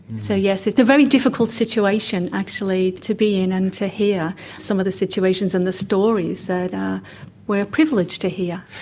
so yes, it's a very difficult situation actually to be in and to hear some of the situations and the stories that we are privileged to hear.